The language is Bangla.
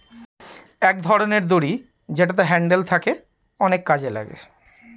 এক ধরনের দড়ি যেটাতে হ্যান্ডেল থাকে অনেক কাজে লাগে